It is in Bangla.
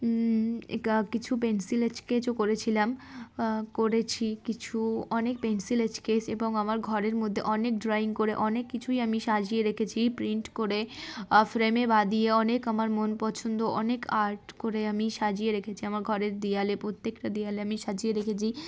কিছু পেন্সিল স্কেচও করেছিলাম করেছি কিছু অনেক পেন্সিল স্কেচ এবং আমার ঘরের মধ্যে অনেক ড্রয়িং করে অনেক কিছুই আমি সাজিয়ে রেখেছি প্রিন্ট করে ফ্রেমে বাঁধিয়ে অনেক আমার মন পছন্দ অনেক আর্ট করে আমি সাজিয়ে রেখেছি আমার ঘরের দেওয়ালে প্রত্যেকটা দেওয়ালে আমি সাজিয়ে রেখেছি